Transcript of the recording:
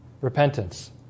repentance